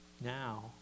now